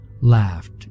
laughed